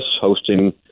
hosting